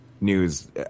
news